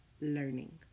learning